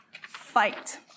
fight